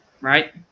right